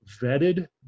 vetted